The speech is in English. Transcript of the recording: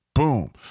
Boom